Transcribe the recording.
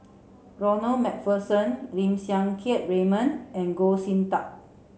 Ronald MacPherson Lim Siang Keat Raymond and Goh Sin Tub